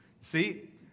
See